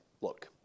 look